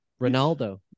ronaldo